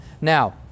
Now